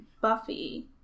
Buffy